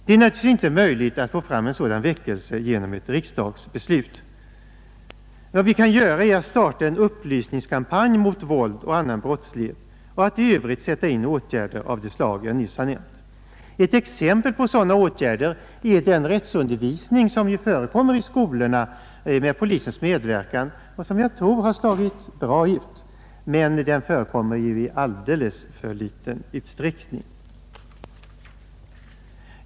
Det är naturligtvis inte möjligt att få fram en sådan väckelse genom ett riksdagsbeslut. Vad vi kan göra är att starta en upplysningskampanj mot våld och annan brottslighet och att i Övrigt sätta in åtgärder av de slag jag nyss nämnt. Ett exempel på sådana åtgärder är den rättsundervisning som förekommer i skolorna med polisens medverkan och som jag tror har slagit väl ut. Men den förekommer ju i alldeles för liten utsträckning.